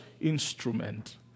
instrument